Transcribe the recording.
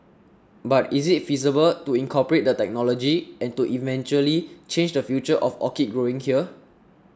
but is it feasible to incorporate the technology and to eventually change the future of orchid growing here